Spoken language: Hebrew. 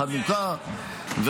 הרמת כוסית והדלקת נר חנוכה,